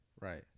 right